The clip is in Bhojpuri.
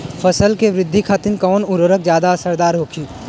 फसल के वृद्धि खातिन कवन उर्वरक ज्यादा असरदार होखि?